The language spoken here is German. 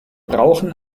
brauchen